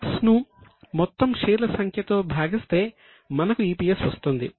PAT ను మొత్తం షేర్ల సంఖ్యతో భాగిస్తే మనకు EPS వస్తుంది